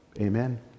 Amen